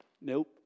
nope